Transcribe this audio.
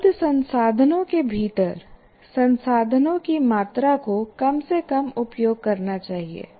उपलब्ध संसाधनों के भीतर संसाधनों की मात्रा को कम से कम उपयोग करना चाहिए